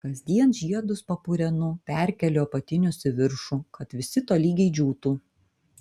kasdien žiedus papurenu perkeliu apatinius į viršų kad visi tolygiai džiūtų